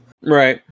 right